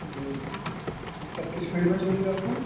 जी पर किस फ़ील्ड में चाहिए था आपको